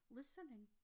listening